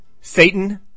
...Satan